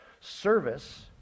service